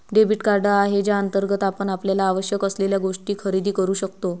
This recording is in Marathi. डेबिट कार्ड आहे ज्याअंतर्गत आपण आपल्याला आवश्यक असलेल्या गोष्टी खरेदी करू शकतो